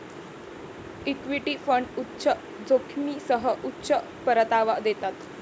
equity fund उच्च जोखमीसह उच्च परतावा देतात